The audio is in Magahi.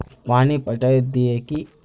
पानी पटाय दिये की?